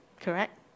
correct